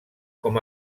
com